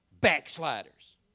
backsliders